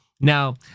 Now